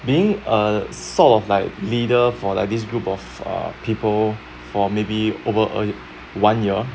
being uh sort of like leader for like this group of uh people for maybe over a one year